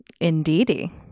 Indeedy